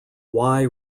wye